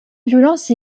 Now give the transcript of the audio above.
violence